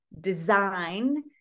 design